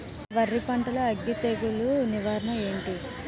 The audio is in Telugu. వరి పంటలో అగ్గి తెగులు నివారణ ఏంటి?